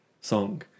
song